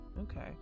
Okay